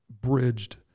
bridged